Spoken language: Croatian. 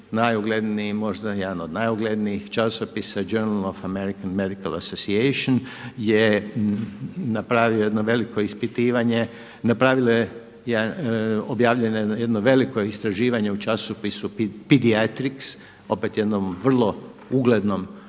najugledniji možda, jedan od najuglednijih časopisa Journal American Medical Association je napravio jedno veliko ispitivanje, napravilo je jedan, objavljeno je jedno veliko istraživanje u časopisu Pediatrics, opet jednom vrlo uglednom